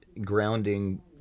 grounding